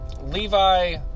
Levi